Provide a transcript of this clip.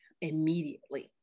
immediately